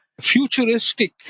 futuristic